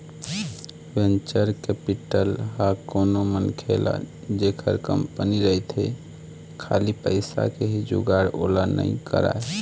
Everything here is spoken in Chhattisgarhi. वेंचर कैपिटल ह कोनो मनखे ल जेखर कंपनी रहिथे खाली पइसा के ही जुगाड़ ओला नइ कराय